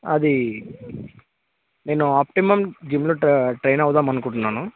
అది నేను ఆప్టిమమ్ జిమ్లో ట్రై ట్రైన్ అవుదాము అనుకుంటున్నాను